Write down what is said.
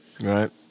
Right